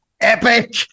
epic